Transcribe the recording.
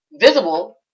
visible